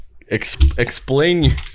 Explain